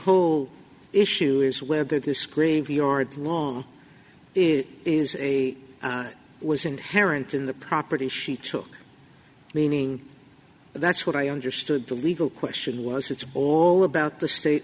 whole issue is whether this graveyard long is is a was inherent in the property she took meaning that's what i understood the legal question was it's all about the state